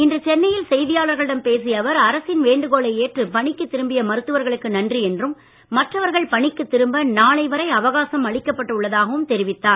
இன்று சென்னையில் செய்தியாளர்களிடம் பேசிய அவர் அரசின் வேண்டுகோளை ஏற்று பணிக்குத் திரும்பிய மருத்துவர்களுக்கு நன்றி என்றும் மற்றவர்கள் பணிக்குத் திரும்ப நாளை வரை அவகாசம் அளிக்கப்பட்டு உள்ளதாகவும் தெரிவித்தார்